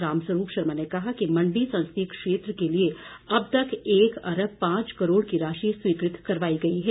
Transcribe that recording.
रामस्वरूप शर्मा ने कहा कि मण्डी संसदीय क्षेत्र के लिए अब तक एक अरब पांच करोड़ की राशि स्वीकृत करवाई गई है